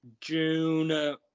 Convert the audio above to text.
June